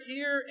ear